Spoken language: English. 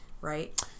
right